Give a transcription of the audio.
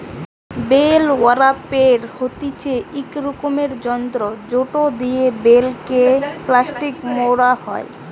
bell ওরাপের হতিছে ইক রকমের যন্ত্র জেটো দিয়া বেল কে প্লাস্টিকে মোড়া হই